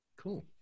Cool